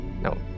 No